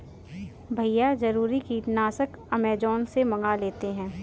भैया जरूरी कीटनाशक अमेजॉन से मंगा लेते हैं